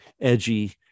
edgy